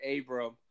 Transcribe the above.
Abram